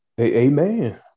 Amen